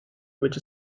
which